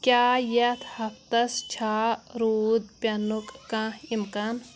کیٛاہ یتھ ہفتس چھا روٗد پٮ۪نُک کانٛہہ اِمکان